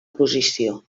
posició